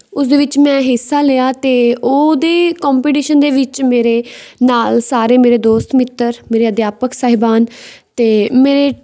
ਉਸ ਦੇ ਵਿੱਚ ਮੈਂ ਹਿੱਸਾ ਲਿਆ ਅਤੇ ਉਹਦੇ ਕੋਂਪੀਟੀਸ਼ਨ ਦੇ ਵਿੱਚ ਮੇਰੇ ਨਾਲ ਸਾਰੇ ਮੇਰੇ ਦੋਸਤ ਮਿੱਤਰ ਮੇਰੇ ਅਧਿਆਪਕ ਸਾਹਿਬਾਨ ਅਤੇ ਮੇਰੇ